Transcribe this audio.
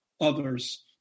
others